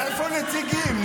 איפה נציגים?